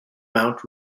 mount